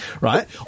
right